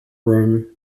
room